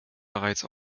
bereits